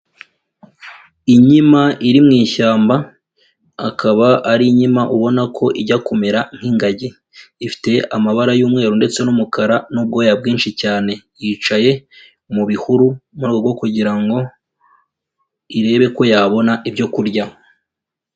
Inkima iri mu ishyamba, akaba ari inkima ubona ko ijya kumera nk'ingagi, ifite amabara y'umweru ndetse n'umukara n'ubwoya bwinshi cyane. Yicaye mu bihuru mu rwego rwo kugira ngo irebe ko yabona ibyo kurya.